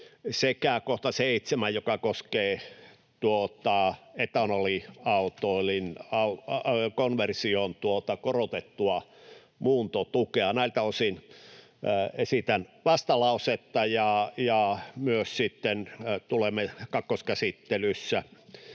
sekä kohta 7, joka koskee etanoliautoilun konversion korotettua muuntotukea. Näiltä osin esitän vastalausetta, ja tulemme kakkoskäsittelyssä